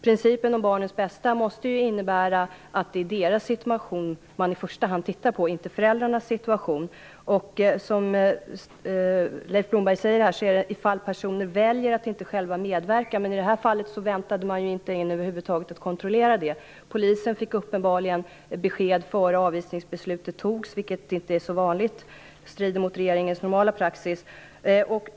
Principen om barnens bästa måste innebära att det i första hand är deras och inte föräldrarnas situation man tittar på. Leif Blomberg talar här om de fall då personer väljer att inte själva medverka, men i det här fallet inväntade man över huvud taget inte en kontroll av det. Polisen fick uppenbarligen besked innan avvisningsbeslutet togs, vilket inte är så vanligt och strider mot regeringens normala praxis.